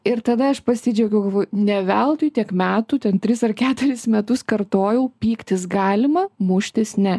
ir tada aš pasidžiaugiau ne veltui tiek metų ten tris ar keturis metus kartojau pyktis galima muštis ne